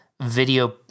video